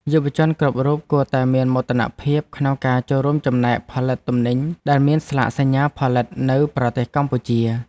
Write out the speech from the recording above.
យុវជនគ្រប់រូបគួរតែមានមោទនភាពក្នុងការចូលរួមចំណែកផលិតទំនិញដែលមានស្លាកសញ្ញាផលិតនៅប្រទេសកម្ពុជា។